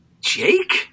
Jake